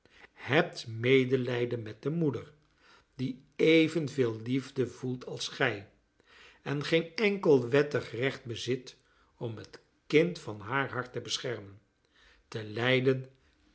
hebt medelijden met de moeder die evenveel liefde voelt als gij en geen enkel wettig recht bezit om het kind van haar hart te beschermen te leiden